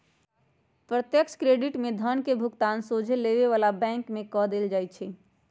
प्रत्यक्ष क्रेडिट में धन के भुगतान सोझे लेबे बला के बैंक में कऽ देल जाइ छइ